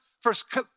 first